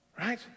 right